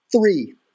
three